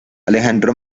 alejandro